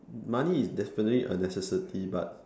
money is definitely a necessity but